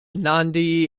nandi